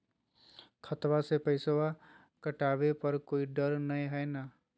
खतबा से पैसबा कटाबे पर कोइ डर नय हय ना?